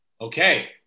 Okay